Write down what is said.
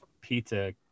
pizza